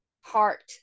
heart